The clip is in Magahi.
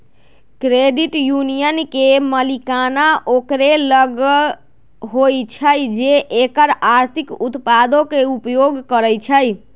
क्रेडिट यूनियन के मलिकाना ओकरे लग होइ छइ जे एकर आर्थिक उत्पादों के उपयोग करइ छइ